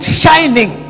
shining